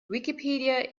wikipedia